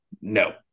No